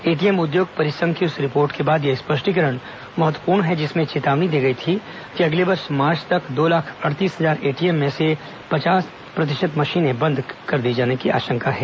ATM उद्योग परिसंघ की उस रिपोर्ट के बाद यह स्पष्टीकरण महत्वपूर्ण है जिसमें चेतावनी दी गई थी कि अगले वर्ष मार्च तक दो लाख अड़तीस हजार एटीएम में से पचास प्रतिशत मशीन बंद किए जाने की आशंका है